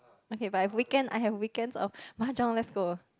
okay but have weekend I have weekends of mahjong let's go